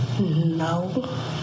No